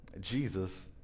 Jesus